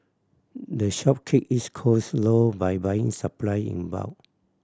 the shop keep its cost low by buying supply in bulk